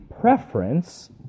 preference